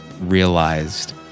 realized